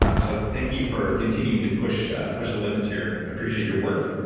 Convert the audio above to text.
ah so thank you for continuing to push push the limits here. appreciate your work.